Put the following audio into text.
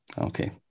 Okay